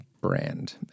brand